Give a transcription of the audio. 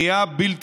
פוגע בכל החקלאים.